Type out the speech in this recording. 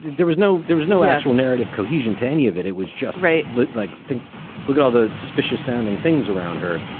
there was no there was no actual narrative cohesion to any of it. it was just right look like look at all the suspicious sounding things around her.